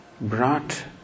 brought